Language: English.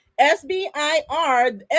SBIR